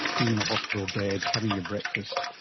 being in a hospital bed, having your breakfast,